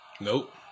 Nope